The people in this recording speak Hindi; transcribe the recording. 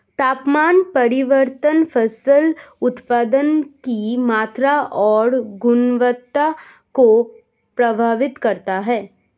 तापमान परिवर्तन फसल उत्पादन की मात्रा और गुणवत्ता को प्रभावित करता है